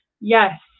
yes